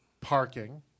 Parking